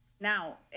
Now